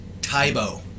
Tybo